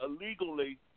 illegally